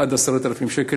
עד 10,000 שקל,